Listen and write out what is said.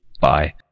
Bye